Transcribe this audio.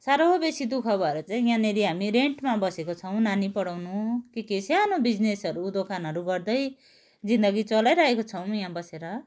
साह्रो बेसि दु ख भएर चाहिँ यहाँनेरि हामी रेन्टमा बसेको छौँ नानी पढाउनु के के सानो बिजनेसहरू दोकानहरू गर्दै जिन्दगी चालइरहेको छौँ यहाँ बसेर